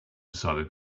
decided